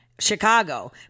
Chicago